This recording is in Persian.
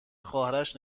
خواهرش